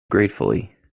gratefully